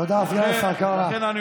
תודה, חבר הכנסת קארה.